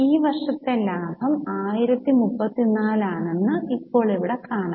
ഈ വർഷത്തെ ലാഭം 1034 ആണെന്ന് ഇപ്പോൾ ഇവിടെ കാണാം